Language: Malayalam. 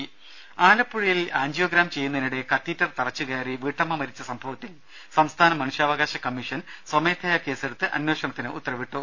രേര ആലപ്പുഴയിൽ ആൻജിയോഗ്രാം ചെയ്യുന്നതിനിടെ കത്തീറ്റർ തറച്ചുകയറി വീട്ടമ്മ മരിച്ച സംഭവത്തിൽ സംസ്ഥാന മനുഷ്യാവകാശ കമ്മീഷൻ സ്വമേധയാ കേസെടുത്ത് അന്വേഷണത്തിന് ഉത്തരവിട്ടു